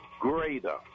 greater